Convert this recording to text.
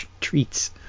Treats